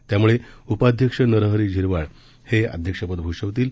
त्यामुळे उपाध्यक्ष नरहरी झिरवाळ हे अध्यक्षपद भूषवतील